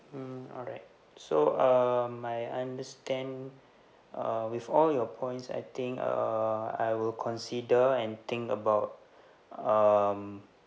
mm alright so um I understand uh with all your points I think uh I will consider and think about um